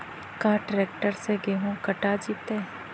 का ट्रैक्टर से गेहूं कटा जितै?